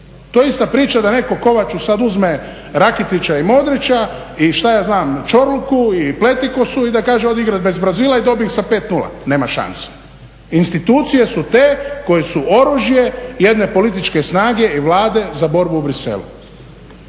To je ista priča da netko Kovaču sada uzme Rakitića i Modrića i šta ja znam Ćorluku i Pletikosu i da kaže odi igrati …/Govornik se ne razumije./… Brazila i dobi ih sa 5:0, nema šanse. Institucije su te koje su oružje, jedne političke snage i Vlade za borbu u Briselu.